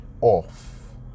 off